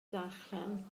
darllen